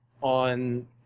on